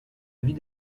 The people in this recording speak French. vie